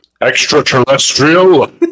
Extraterrestrial